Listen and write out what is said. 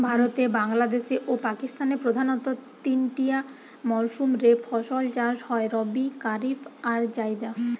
ভারতে, বাংলাদেশে ও পাকিস্তানে প্রধানতঃ তিনটিয়া মরসুম রে ফসল চাষ হয় রবি, কারিফ আর জাইদ